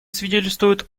свидетельствует